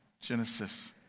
Genesis